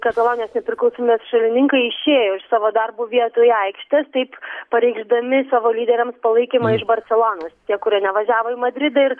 katalonijos nepriklausomybės šalininkai išėjo iš savo darbo vietų į aikštes taip pareikšdami savo lyderiams palaikymą iš barselonos tie kurie nevažiavo į madridą ir